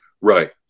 Right